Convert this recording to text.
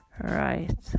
right